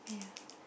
yeah